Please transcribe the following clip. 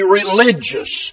religious